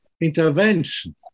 intervention